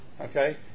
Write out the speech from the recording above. okay